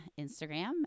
Instagram